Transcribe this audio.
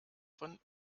von